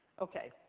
Okay